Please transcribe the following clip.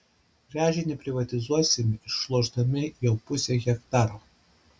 gręžinį privatizuosime išlošdami jau pusę hektaro